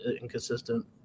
inconsistent